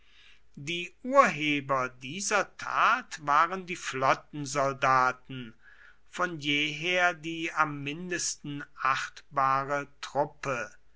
die urheber dieser tat waren die flottensoldaten von jeher die am mindesten achtbare truppe